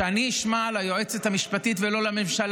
מי אמר לך שהוא לא רב?